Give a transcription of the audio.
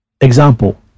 Example